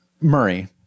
Murray